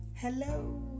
Hello